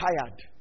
tired